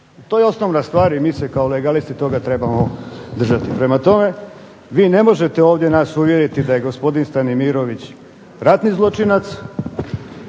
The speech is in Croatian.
To je osnovna stvar i mi se kao legalisti toga trebamo držati. Prema tome, vi ne možete ovdje nas uvjeriti da je gospodin Stanimirović ratni zločinac